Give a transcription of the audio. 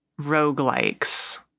roguelikes